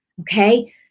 okay